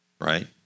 right